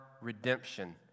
redemption